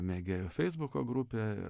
mėgėjų feisbuko grupė ir